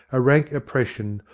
a rank oppression,